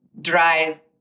drive